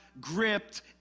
gripped